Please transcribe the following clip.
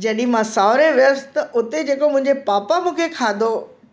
जॾहिं मां सावरे वियसि त उते जेको मुंहिंजे पापा मूंखे खाधो